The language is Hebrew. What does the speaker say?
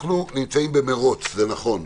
אנחנו נמצאים במירוץ, וזה נכון.